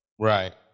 Right